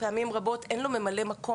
פעמים רבות אין לו ממלא-מקום,